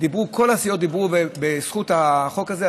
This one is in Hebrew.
כל הסיעות דיברו בזכות החוק הזה,